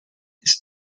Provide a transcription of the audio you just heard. ist